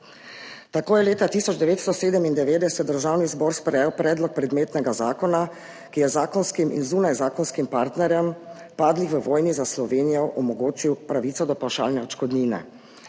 Tako je leta 1997 Državni zbor sprejel predlog predmetnega zakona, ki je zakonskim in zunajzakonskim partnerjem padlih v vojni za Slovenijo omogočil pravico do pavšalne odškodnine,